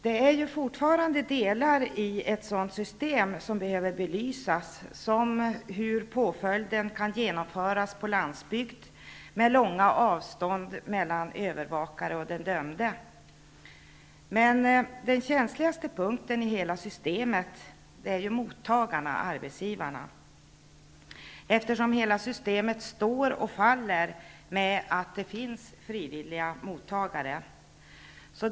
Det finns fortfarande delar i ett sådant system som behöver ses över, som t.ex. hur den typen av påföljd kan genomföras på landsbygden med långa avstånd mellan övervakare och den dömde. Men den känsligaste punkten i hela systemet är mottagarna, arbetsgivarna. Hela systemet står och faller med att det finns frivilliga mottagare.